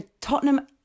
Tottenham